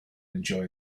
enjoy